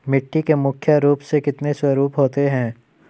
मिट्टी के मुख्य रूप से कितने स्वरूप होते हैं?